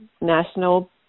National